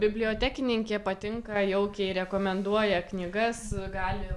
bibliotekininkė patinka jaukiai rekomenduoja knygas gali